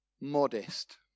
modest